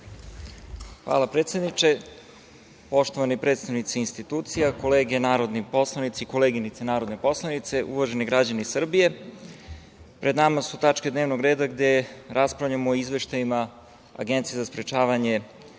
Hvala, predsedniče. Poštovani predstavnici institucija, kolege narodni poslanici, koleginice narodne poslanice, uvaženi građani Srbije, pred nama su tačke dnevnog reda gde raspravljamo o izveštajima Agencije za sprečavanje